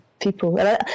people